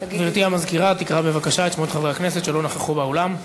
גברתי המזכירה תקרא בבקשה את שמות חברי הכנסת שלא נכחו באולם.